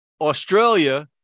Australia